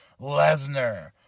Lesnar